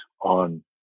on